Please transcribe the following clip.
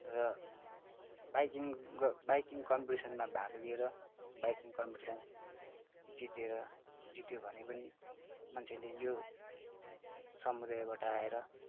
र बाइकिङ ग बाइकिङ कम्पिटिसनमा भाग लिएर बाइकिङ कम्पिटिसन जितेर जित्यो भने पनि मान्छेले यो समुदायबाट आएर